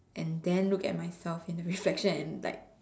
and then look at myself in the reflection and like